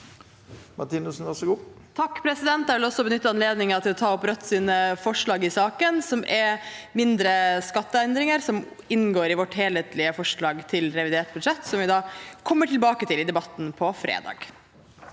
Jeg vil også benytte anledningen til å ta opp Rødts forslag i saken. Det gjelder mindre skatteendringer som inngår i vårt helhetlige forslag til revidert budsjett, som vi kommer tilbake til i debatten på fredag.